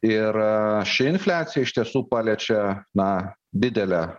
ir ši infliacija iš tiesų paliečia na didelę